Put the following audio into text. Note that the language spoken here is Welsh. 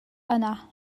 yna